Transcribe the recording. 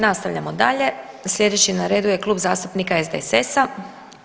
Nastavljamo dalje, slijedeći na redu je Klub zastupnika SDSS-a.